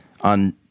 on